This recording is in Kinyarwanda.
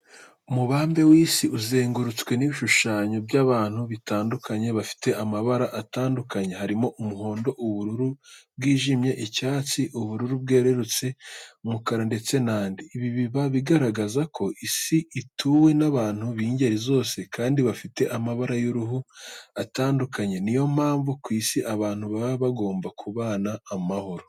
Umubambe w'isi uzengurutswe n'ibishushanyo by'abantu bitandukanye bafite amabara atandukanye harimo umuhondo, ubururu bwijimye, icyatsi, ubururu bwerurutse, umukara ndetse n'andi. Ibi biba bigaragaza ko isi ituwe n'abantu b'ingeri zose, kandi bafite amabara y'uruhu atandukanye, ni yo mpamvu ku isi abantu baba bagomba kubana amahoro.